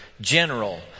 general